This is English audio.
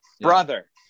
brother